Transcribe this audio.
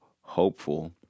hopeful